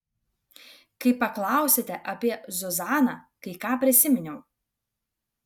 kai paklausėte apie zuzaną kai ką prisiminiau